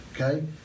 okay